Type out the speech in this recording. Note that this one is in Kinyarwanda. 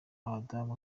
abadamu